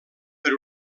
per